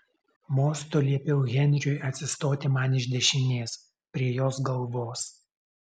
mostu liepiau henriui atsistoti man iš dešinės prie jos galvos